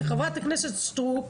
חה"כ סטרוק,